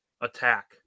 attack